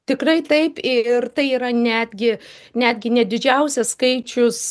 tikrai taip ir tai yra netgi netgi ne didžiausias skaičius